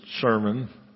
sermon